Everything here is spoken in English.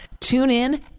TuneIn